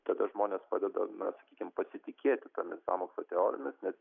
tada žmonės padeda na sakykim pasitikėti tomis sąmokslo teorijomis bet